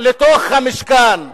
לתוך המשכן,